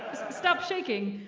stop shaking.